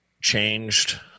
changed